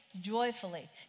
joyfully